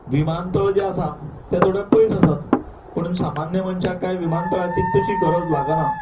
विमानतळ जे आसा तें थोडे पयस आसात पूण सामान्य मनशांक कांय विमानतळांची तशीं गरज लागना